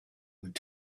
would